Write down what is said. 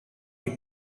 you